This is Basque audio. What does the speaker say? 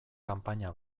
kanpaina